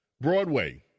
Broadway